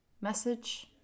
message